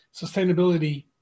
sustainability